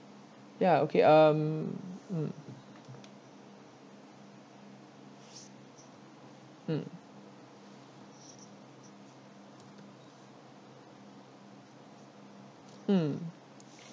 ya okay um mm mm mm